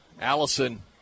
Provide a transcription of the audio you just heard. Allison